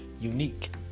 unique